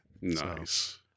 Nice